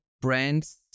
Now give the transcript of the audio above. brands